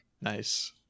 Nice